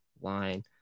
line